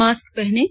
mask पहनें